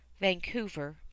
Vancouver